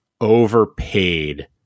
overpaid